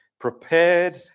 prepared